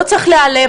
לא צריך להיעלב,